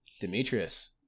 Demetrius